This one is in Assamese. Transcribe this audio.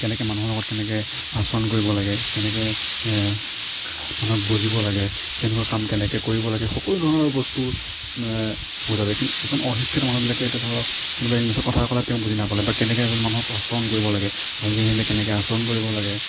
কেনেকৈ মানুহৰ লগত কেনেকৈ আচৰণ কৰিব লাগে কেনেকৈ মানুহক বুজিব লাগে কেনেকুৱা কাম কেনেকৈ কৰিব লাগে সকলো ধৰণৰ বস্তু বুজা যায় কিন্তু কিছুমান অশিক্ষিত মানুহবিলাকে এতিয়া ধৰক কোনোবাই ইংলিছত কথা ক'লে তেওঁ বুজি নাপালে বা কেনেকৈ এজন মানুহক আচৰণ কৰিব লাগে আলহী আহিলে কেনেকৈ আচৰণ কৰিব লাগে